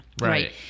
right